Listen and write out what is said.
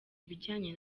ibijyanye